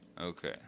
Okay